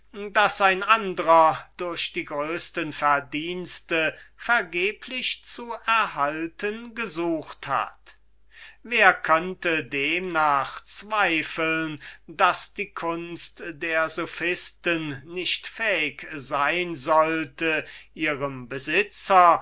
das ein andrer durch die größten verdienste vergeblich zu erhalten gesucht hat wer könnte demnach zweifeln daß die kunst der sophisten nicht fähig sein sollte ihrem besitzer